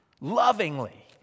lovingly